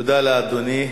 תודה לאדוני.